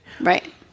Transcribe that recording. Right